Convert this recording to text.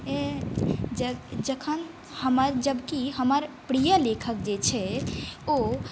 जखन हमर जबकि हमर प्रिय लेखक जे छै ओ